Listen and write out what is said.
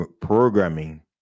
Programming